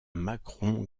macron